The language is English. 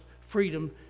freedom